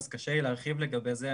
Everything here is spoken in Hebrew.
אז קשה לי להרחיב לגבי זה.